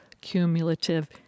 cumulative